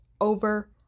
over